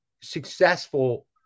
successful